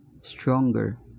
stronger